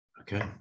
Okay